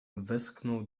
westchnął